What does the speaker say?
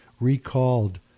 recalled